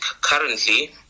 currently